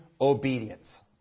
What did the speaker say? obedience